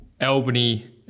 Albany